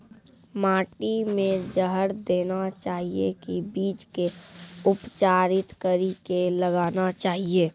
माटी मे जहर देना चाहिए की बीज के उपचारित कड़ी के लगाना चाहिए?